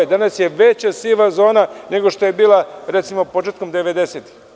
Danas je veća siva zona nego što je bila početkom 90-ih.